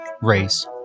race